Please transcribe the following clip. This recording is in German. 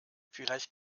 vielleicht